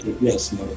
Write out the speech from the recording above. Yes